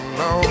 no